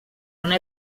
una